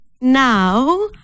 Now